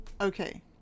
okay